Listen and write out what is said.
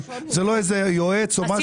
זה לא איזה יועץ או משהו.